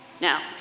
Now